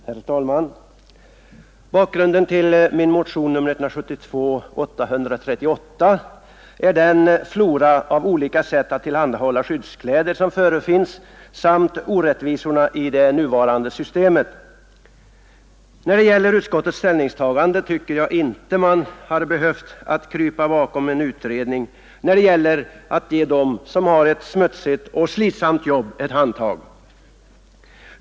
Herr talman! Bakgrunden till min motion, nr 838, är den flora av olika sätt att tillhandahålla skyddskläder som förefinns samt orättvisorna i det nuvarande systemet. Jag tycker inte att utskottet hade behövt krypa bakom en utredning i sitt ställningstagande till förslaget att ge dem som har ett smutsigt och slitsamt jobb ett handtag.